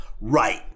right